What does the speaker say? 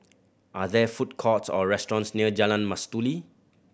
are there food courts or restaurants near Jalan Mastuli